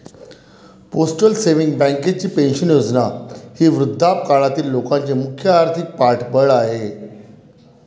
postal savings बँकेची pension योजना ही वृद्धापकाळातील लोकांचे मुख्य आर्थिक पाठबळ आहे